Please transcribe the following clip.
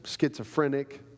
schizophrenic